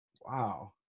Wow